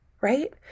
right